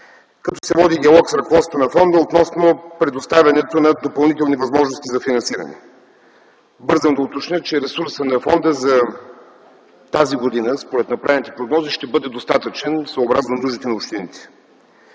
като се води диалог с ръководството на фонда относно предоставянето на допълнителни възможности за финансиране. Бързам да уточня, че ресурсът на фонда за тази година според направените прогнози ще бъде достатъчен съобразно нуждите на общините.